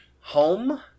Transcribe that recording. Home